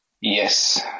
Yes